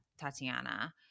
Tatiana